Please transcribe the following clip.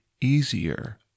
easier